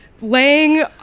laying